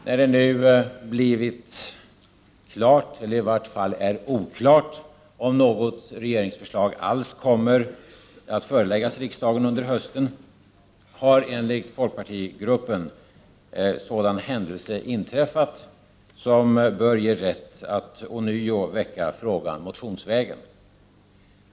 När det nu blivit klart att något förslag från regeringen inte kommer att föreläggas riksdagen under hösten - eller i vart fall är oklart om så kommer att ske - har enligt folkpartigruppen sådan händelse inträffat som bör ge rätt att ånyo väcka frågan motionsvägen.